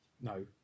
No